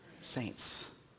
Saints